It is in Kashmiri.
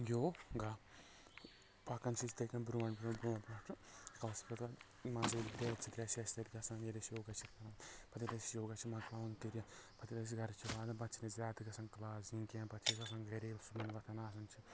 یوگا پکان چھِ أسۍ یِتھٕے کٔنۍ برٛونٛٹھ برٛونٛٹھ برٛونٛٹھ برٛونٛٹھ اسہِ پتہٕ منٛزٕے ییٚلہِ تتہِ رٮ۪تھ زٕ ترٛےٚ چھِ اسہِ تتہِ گژھان ییٚلہِ أسۍ ہوگا چھِ کران پتہٕ ییٚلہِ أسۍ ہوگا چھِ مۄکلاوان کٔرتھ پتہٕ ییٚلہِ أسۍ گرٕ چھِ واتان پتہٕ چھِنہٕ أسۍ زیادٕ گژھان کلاس دِنہٕ کینٛہہ پتہٕ چھِ أسۍ آسان گری صُبحن وتھان آسان چھِ